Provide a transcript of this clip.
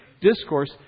discourse